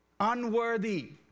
Unworthy